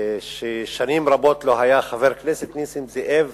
ששנים רבות לא היה: חבר הכנסת נסים זאב